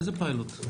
איזה פיילוט?